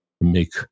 make